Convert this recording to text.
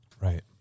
Right